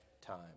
time